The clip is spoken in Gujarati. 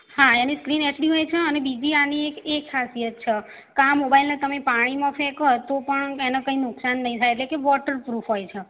હા એની સ્ક્રીન એચડી હોય છે અને બીજી આની એક એ ખાસિયત છે કે આ મોબાઇલને તમે પાણીમાં ફેંકો તો પણ એને કોઈ નુકસાન નહીં થાય એટલે કે વોટર પ્રૂફ હોય છે